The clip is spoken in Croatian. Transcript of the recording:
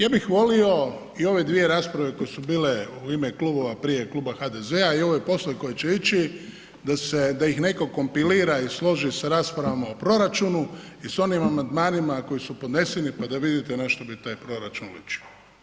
Ja bih volio i ove dvije rasprave koje su bile u ime klubova prije Kluba HDZ-a i ova poslije koje će ići da se, da ih netko kompilira i složi sa raspravama o proračunu i s onim amandmanima koji su podneseni pa da vidite na što bi taj proračun ličio.